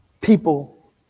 people